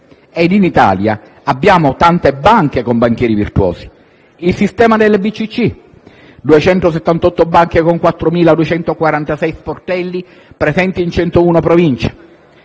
In Italia abbiamo tante banche con banchieri virtuosi. Vi è il sistema delle BCC: 278 banche con 4.246 sportelli presenti in 101 Province